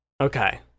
okay